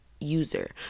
user